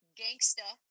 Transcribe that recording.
gangsta